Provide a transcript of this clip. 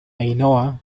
ainhoa